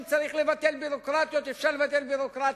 אם צריך לבטל ביורוקרטיות, אפשר לבטל ביורוקרטיה.